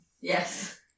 Yes